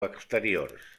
exteriors